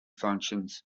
functions